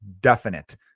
definite